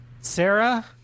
Sarah